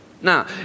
Now